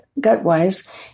gut-wise